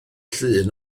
llun